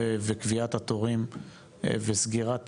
קביעת התורים וסגירת